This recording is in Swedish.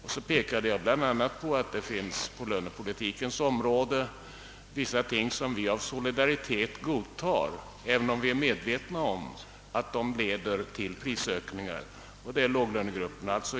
Vidare påpekade jag att det beträffande lönepolitiken råder vissa förhållanden som vi godtar av solidaritetsskäl, även om vi är medvetna om att de leder till prisökningar — det gäller alltså låglönegrupperna.